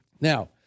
now